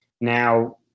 now